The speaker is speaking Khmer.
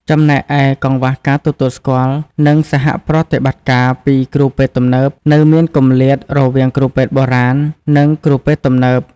ចំណែកឯ កង្វះការទទួលស្គាល់ និងសហប្រតិបត្តិការពីគ្រូពេទ្យទំនើប នៅមានគម្លាតរវាងគ្រូពេទ្យបុរាណ និងគ្រូពេទ្យទំនើប។